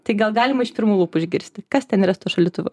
tai gal galima iš pirmų lūpų išgirsti kas ten yra su tuo šaldytuvu